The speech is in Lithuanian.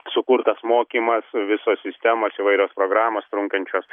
sukurtas mokymas visos sistemos įvairios programos trunkančios